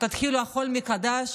תתחילו הכול מחדש